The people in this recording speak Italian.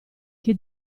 che